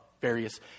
various